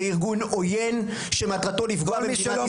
זה ארגון עוין שמטרתו לפגוע במדינת ישראל.